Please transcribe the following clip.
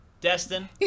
Destin